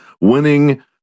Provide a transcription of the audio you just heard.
winning